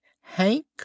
Hank